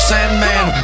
Sandman